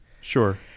sure